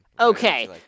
Okay